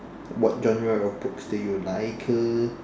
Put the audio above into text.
what genre of books do you like